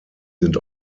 sind